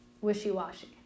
wishy-washy